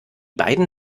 beiden